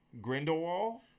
Grindelwald